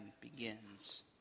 begins